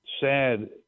sad